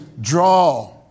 draw